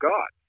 God